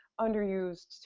underused